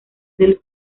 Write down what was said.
del